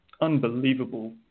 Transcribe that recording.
unbelievable